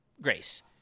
Grace